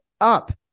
up